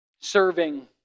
serving